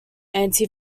anti